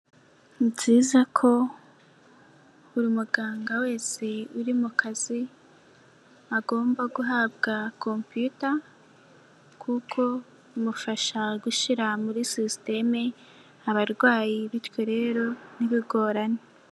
Nziza ko buri muganga wese uri mu kazi, agomba guhabwa compiyuta kuko imufasha gushyira muri sisiteme abarwayi bityo rero ntibigone.